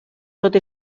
tot